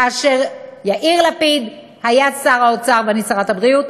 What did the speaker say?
כאשר יאיר לפיד היה שר האוצר ואני שרת הבריאות,